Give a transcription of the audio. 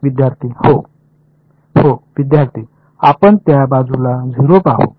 विद्यार्थी हो हो विद्यार्थी आपण त्या बाजूला 0 पाहू